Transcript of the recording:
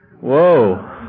Whoa